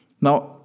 now